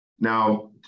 Now